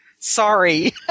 Sorry